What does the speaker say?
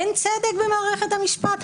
אין צדק במערכת המשפט?